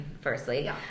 firstly